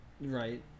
right